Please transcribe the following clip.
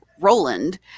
Roland